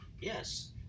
Yes